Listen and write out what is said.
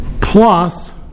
plus